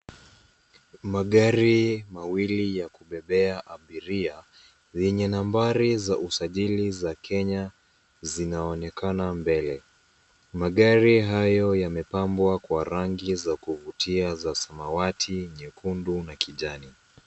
Magari mawili ya kubebea abiria zenye nambari za usajili za Kenya zinaonekana mbele. Magari hayo yamepambwa kwa rangi za kuvutia za samawati, nyekundu na kijani.